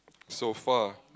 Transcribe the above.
so far